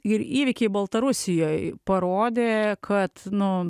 ir įvykiai baltarusijoj parodė kad nu